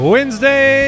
Wednesday